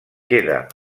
queda